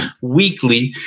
weekly